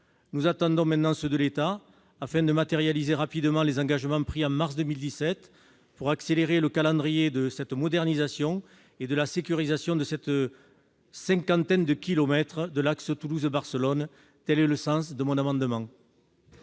Nous attendons maintenant celui de l'État, afin de matérialiser rapidement les engagements pris en mars 2017 pour accélérer le calendrier de la modernisation et de la sécurisation de cette cinquantaine de kilomètres de l'axe Toulouse-Barcelone. Quel est l'avis de la commission